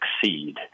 succeed